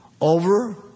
over